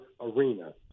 arena